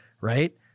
Right